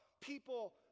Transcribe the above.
people